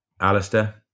Alistair